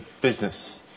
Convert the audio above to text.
business